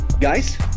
guys